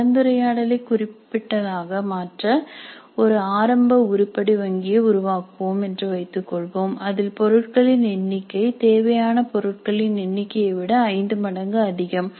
கலந்துரையாடலை குறிப்பிட்டதாக மாற்ற ஒரு ஆரம்ப உருப்படி வங்கியை உருவாக்குவோம் என்று வைத்துக் கொள்வோம் அதில் பொருட்களின் எண்ணிக்கை தேவையான பொருட்களின் எண்ணிக்கையை விட ஐந்து மடங்கு அதிகம்